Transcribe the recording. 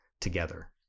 together